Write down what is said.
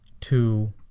two